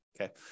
Okay